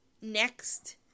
next